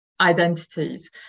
identities